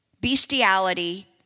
bestiality